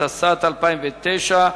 התשס"ט 2009,